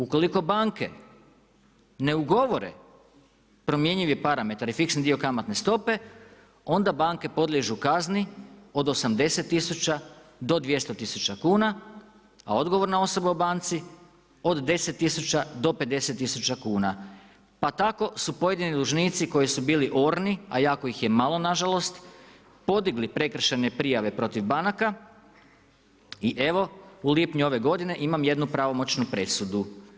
Ukoliko banke ne ugovore promjenjivi parametar i finski dio kamatne stope, onda banke podliježu kazni od 80 000 do 200 000 kuna a odgovorna osoba u banci od 10 000 do 50 000 kuna, pa tako su pojedinu dužnici koji su bili orni a jako ih je malo nažalost, podigli prekršajne prijave protiv banaka i evo, u lipnju ove godine imam jednu pravomoćnu presudu.